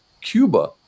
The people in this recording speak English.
Cuba